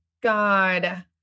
God